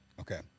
Okay